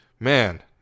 Man